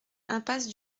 impasse